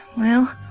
well.